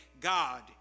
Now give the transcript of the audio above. God